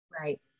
right